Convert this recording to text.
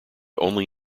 only